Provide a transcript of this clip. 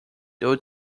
due